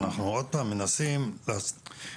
שידוע שפעם צנתור לב לא היה ניתן לעשות אם לא היה לידו,